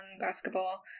basketball